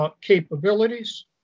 capabilities